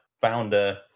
founder